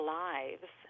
lives